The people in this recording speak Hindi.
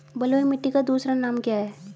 बलुई मिट्टी का दूसरा नाम क्या है?